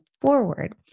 forward